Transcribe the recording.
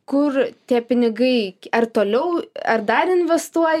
kur tie pinigai ar toliau ar dar investuoji